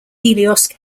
helios